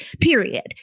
period